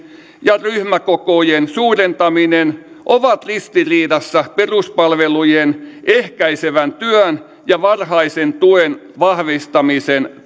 ja ryhmäkokojen suurentaminen ovat ristiriidassa peruspalvelujen ehkäisevän työn ja varhaisen tuen vahvistamisen